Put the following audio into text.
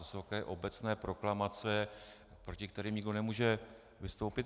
To jsou takové obecné proklamace, proti kterým nikdo nemůže vystoupit.